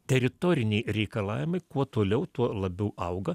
teritoriniai reikalavimai kuo toliau tuo labiau auga